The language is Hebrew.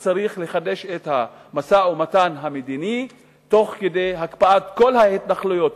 שאומרים שצריך לחדש את המשא-ומתן המדיני תוך הקפאת כל ההתנחלויות.